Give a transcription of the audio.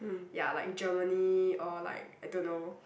ya like Germany or like I don't know